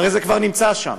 הרי זה כבר נמצא שם,